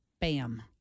bam